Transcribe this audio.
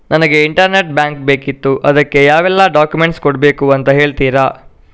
ನನಗೆ internet bank ಬೇಕಿತ್ತು ಅದಕ್ಕೆ ಯಾವೆಲ್ಲಾ ಡಾಕ್ಯುಮೆಂಟ್ಸ್ ಕೊಡ್ಬೇಕು ಅಂತ ಹೇಳ್ತಿರಾ?